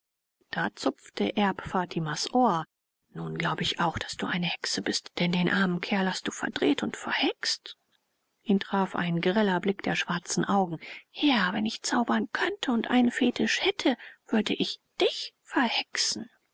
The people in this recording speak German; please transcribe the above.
da zupfte erb fatimas ohr nun glaube ich auch daß du eine hexe bist denn den armen kerl hast du verdreht und verhext ihn traf ein greller blick der schwarzen augen herr wenn ich zaubern könnte und einen fetisch hätte würde ich dich verhexen